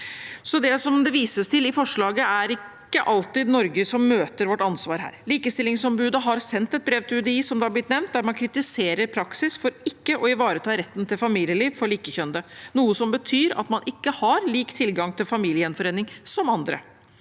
Som det vises til i forslaget, er det ikke alltid Norge møter vårt ansvar her. Likestillingsombudet har sendt et brev til UDI, som det har blitt nevnt, der man kritiserer praksis for ikke å ivareta retten til familieliv for likekjønnede, noe som betyr at man ikke har lik tilgang til familiegjenforening som andre.